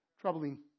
troubling